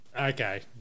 Okay